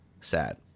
sad